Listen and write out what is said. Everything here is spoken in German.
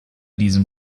diesem